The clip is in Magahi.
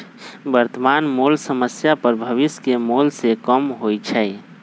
वर्तमान मोल समान्य पर भविष्य के मोल से कम होइ छइ